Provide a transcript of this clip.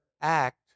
act